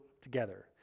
together